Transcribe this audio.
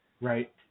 Right